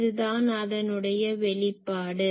இதுதான் அதனுடைய வெளிப்பாடு